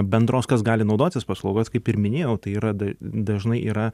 bendros kas gali naudotis paslaugos kaip ir minėjau tai yra dažnai yra